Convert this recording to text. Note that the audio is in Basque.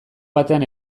batean